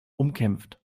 umkämpft